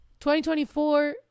2024